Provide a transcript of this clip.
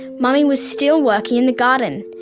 mummy was still working in the garden.